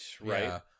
right